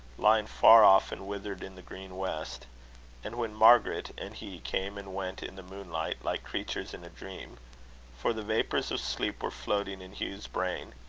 lying far off and withered in the green west and when margaret and he came and went in the moonlight like creatures in a dream for the vapours of sleep were floating in hugh's brain,